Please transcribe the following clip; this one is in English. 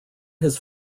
his